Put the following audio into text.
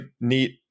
neat